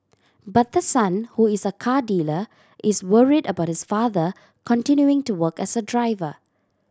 but the son who is a car dealer is worried about his father continuing to work as a driver